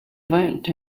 went